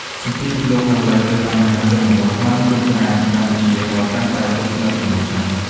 សម្ពាធពីលោកខាងលិចលើបញ្ហាសិទ្ធិមនុស្ស បានរុញច្រានកម្ពុជាឱ្យកាន់តែជិតស្និទ្ធជាមួយចិន។